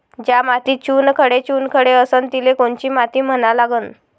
ज्या मातीत चुनखडे चुनखडे असन तिले कोनची माती म्हना लागन?